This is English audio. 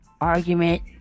argument